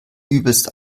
übelst